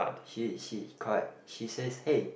she she correct she says hey